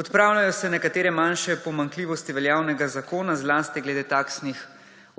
Odpravljajo se nekatere manjše pomanjkljivosti veljavnega zakona, zlasti glede taksnih